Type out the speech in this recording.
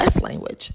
language